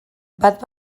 bat